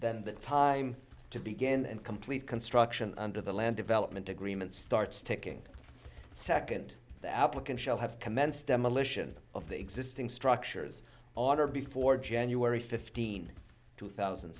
then the time to begin and complete construction under the land development agreement starts ticking second the applicant shall have commenced demolition of the existing structures on or before january fifteenth two thousand